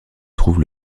trouve